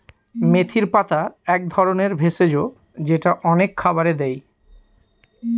মেথির পাতা এক ধরনের ভেষজ যেটা অনেক খাবারে দেয়